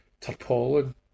tarpaulin